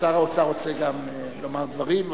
שר האוצר רוצה גם לומר דברים.